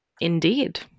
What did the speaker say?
Indeed